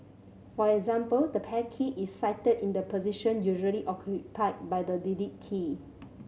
for example the pair key is sited in the position usually occupied by the delete key